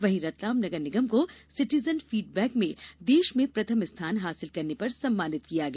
वहीं रतलाम नगर निगम को सिटीजन फीडबैक में देश में प्रथम स्थान हासिल करने पर सम्मानित किया गया